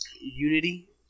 Unity